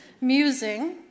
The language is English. musing